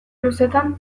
luzetan